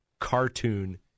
Cartoon